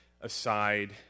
aside